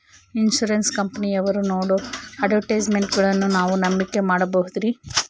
Insurance ಕಂಪನಿಯವರು ನೇಡೋ ಅಡ್ವರ್ಟೈಸ್ಮೆಂಟ್ಗಳನ್ನು ನಾವು ನಂಬಿಕೆ ಮಾಡಬಹುದ್ರಿ?